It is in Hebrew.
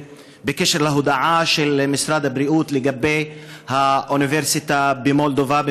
בקשר להודעה של משרד הבריאות על האוניברסיטה במולדובה,